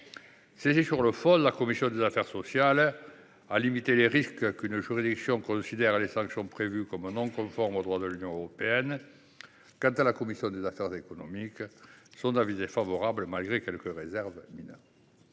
Saisie sur le fond, la commission des affaires sociales a limité les risques qu'une juridiction considère les sanctions prévues non conformes au droit de l'Union européenne. Quant à la commission des affaires économiques, son avis est favorable, malgré quelques réserves mineures.